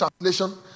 Translation